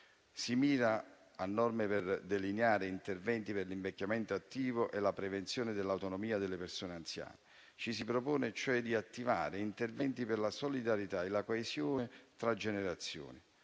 Si mira a norme per delineare interventi per l'invecchiamento attivo e la promozione dell'autonomia delle persone anziane. Ci si propone, cioè, di attivare interventi per la solidarietà e la coesione tra generazioni,